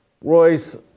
Royce